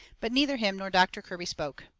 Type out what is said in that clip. but neither him nor doctor kirby spoke.